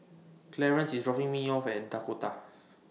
Clarance IS dropping Me off At Dakota